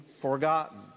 forgotten